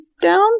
down